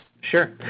Sure